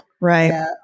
Right